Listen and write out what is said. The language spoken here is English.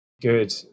Good